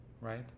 right